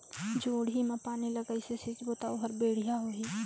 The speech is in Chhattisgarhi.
जोणी मा पानी ला कइसे सिंचबो ता ओहार बेडिया होही?